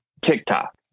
TikTok